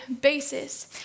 basis